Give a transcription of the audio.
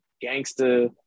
gangster